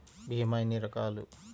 భీమ ఎన్ని రకాలు?